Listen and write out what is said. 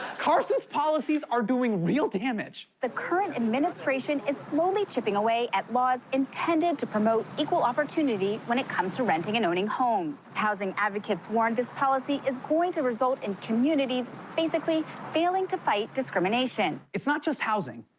carson's policies are doing real damage. the current administration is slowly chipping away at laws intended to promote equal opportunity when it comes to renting and owning homes. housing advocates warned this policy is going to result in communities basically failing to fight discrimination. it's not just housing.